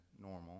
normal